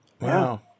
Wow